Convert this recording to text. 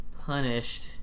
punished